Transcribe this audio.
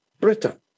Britain